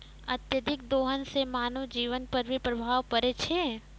अत्यधिक दोहन सें मानव जीवन पर भी प्रभाव परै छै